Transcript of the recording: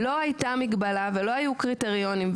לא הייתה מגבלה ולא היו קריטריונים.